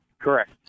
Correct